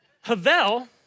Havel